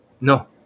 No